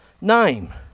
name